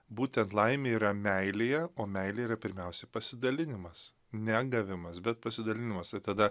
būtent laimė yra meilėje o meilė yra pirmiausia pasidalinimas ne gavimas bet pasidalinimas tai tada